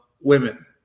women